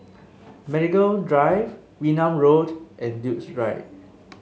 Medical Drive Wee Nam Road and Duke's Drive